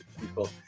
people